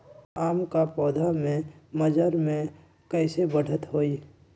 आम क पौधा म मजर म कैसे बढ़त होई?